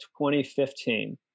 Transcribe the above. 2015